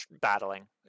Battling